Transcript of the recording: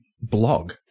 blog